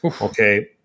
Okay